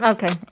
Okay